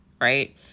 right